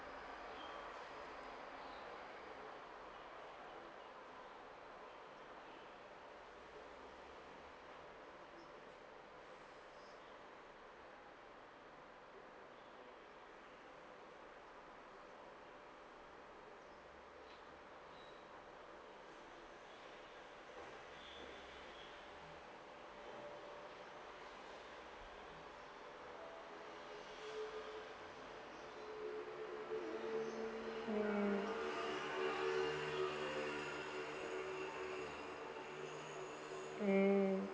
mm mm